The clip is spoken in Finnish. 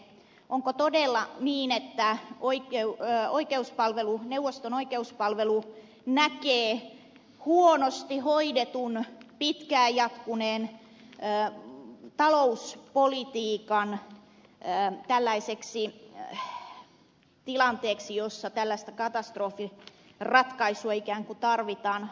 onko todella niin että neuvoston oikeuspalvelu näkee huonosti hoidetun pitkään jatkuneen talouspolitiikan tilanteeksi jossa tällaista katastrofiratkaisua ikään kuin tarvitsee hakea